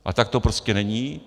A tak to prostě není.